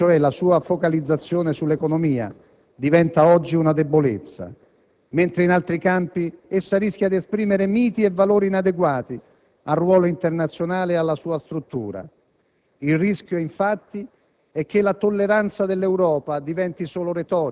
Quello che all'inizio è stato elemento di forza e di costruzione dell'Unione, cioè la sua focalizzazione sull'economia, diventa oggi una debolezza; mentre in altri campi essa rischia di esprimere miti e valori inadeguati al suo ruolo internazionale e alla sua struttura.